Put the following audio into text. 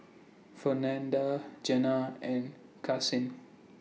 Fernanda Jana and Karsyn